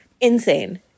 Insane